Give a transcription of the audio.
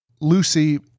Lucy